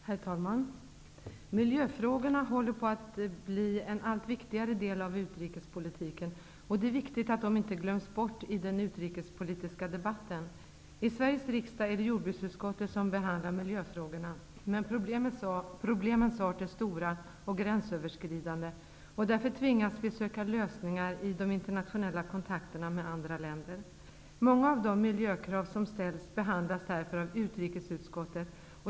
Herr talman! Miljöfrågorna håller på att bli en allt viktigare del av utrikespolitiken. Det är viktigt att de inte glöms bort i den utrikespolitiska debatten. I Sveriges riksdag är det jordbruksutskottet som behandlar miljöfrågorna, men problemen är stora och gränsöverskridande. Därför tvingas vi söka lösningar i de internationella kontakterna med andra länder. Många av de miljökrav som ställs behandlas därför av utrikesutskottet.